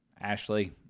Ashley